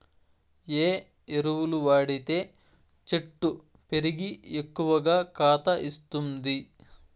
ఏ ఎరువులు వాడితే చెట్టు పెరిగి ఎక్కువగా కాత ఇస్తుంది?